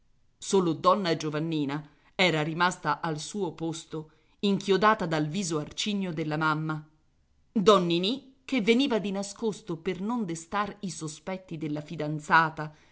solo donna giovannina era rimasta al suo posto inchiodata dal viso arcigno della mamma don ninì che veniva di nascosto per non destar i sospetti della fidanzata